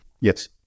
Yes